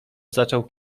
zaczął